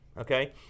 okay